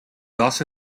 also